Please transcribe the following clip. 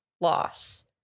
loss